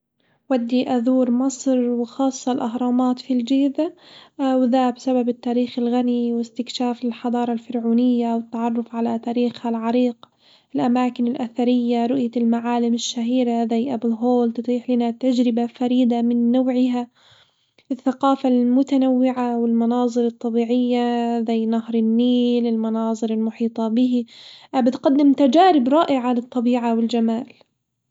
ودّي أزور مصر وخاصة الأهرامات في الجيزة، وذا بسبب التاريخ الغني واستكشاف الحضارة الفرعونية والتعرف على تاريخها العريق، الأماكن الأثرية رؤية المعالم الشهيرة زي أبو الهول تضيف لنا تجربة فريدة من نوعها، الثقافة المتنوعة والمناظر الطبيعية زي نهر النيل، المناظر المحيطة به بتقدم تجارب رائعة للطبيعة والجمال.